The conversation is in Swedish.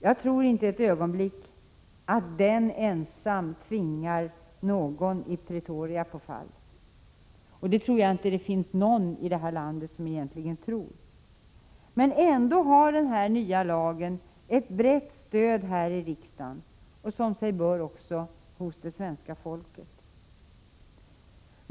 Jag tror inte ett ögonblick på att den ensam tvingar någon i Pretoria på fall — och jag tror inte det finns någon i det här landet som tror det — men ändå har den nya lagen ett brett stöd här i riksdagen och, som sig bör, också hos det svenska folket.